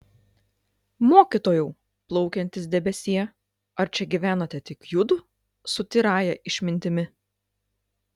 mokytojau plaukiantis debesie ar čia gyvenate tik judu su tyrąja išmintimi